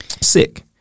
Sick